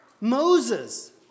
Moses